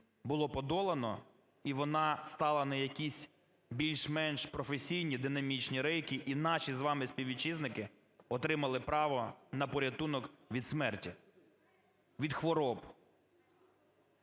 було подолано, і вона стала на якісь більш-менш професійні динамічні рейки, і наші з вами співвітчизники отримали право на порятунок від смерті, від хвороб.